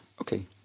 okay